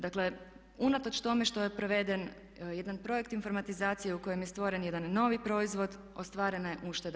Dakle unatoč tome što je preveden jedan projekt informatizacije u kojem je stvoren jedan novi proizvod ostvarena je ušteda.